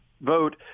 vote